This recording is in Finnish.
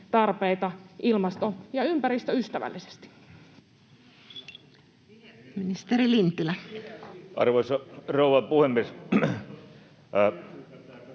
tarpeita ilmasto- ja ympäristöystävällisesti? Ministeri Lintilä. Arvoisa rouva puhemies!